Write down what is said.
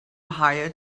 hire